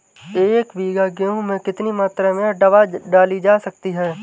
एक बीघा गेहूँ में कितनी मात्रा में दवा डाली जा सकती है?